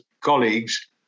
colleagues